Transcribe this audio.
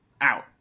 out